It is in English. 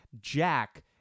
Jack